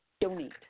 donate